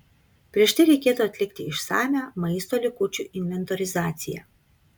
prieš tai reikėtų atlikti išsamią maisto likučių inventorizacija